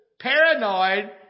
paranoid